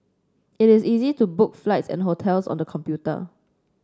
it is easy to book flights and hotels on the computer